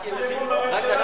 רק אנחנו זורקים,